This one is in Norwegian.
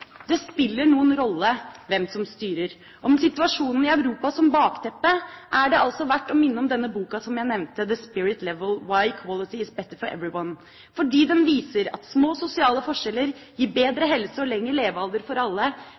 Det spiller en rolle hvem som styrer. Med situasjonen i Europa som bakteppe er det altså verdt å minne om denne boka som jeg nevnte, «The Spirit Level: Why Equality is Better for Everyone», fordi den viser at små sosiale forskjeller gir bedre helse og lengre levealder for alle,